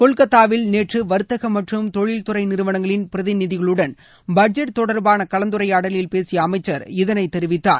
கொல்கத்தாவில் நேற்று வாத்தக மற்றும் தொழில்துறை நிறுவனங்களின் பிரதிநிதிகளுடன் பட்ஜெட் தொடர்பான கலந்துரையாடலில் பேசிய அமைச்சர் இதனைத் தெரிவித்தார்